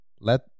let